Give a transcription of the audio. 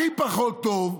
הכי פחות טוב,